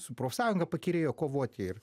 su profsąjunga pakyrėjo kovoti ir